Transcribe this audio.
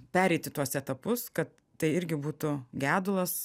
pereiti tuos etapus kad tai irgi būtų gedulas